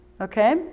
okay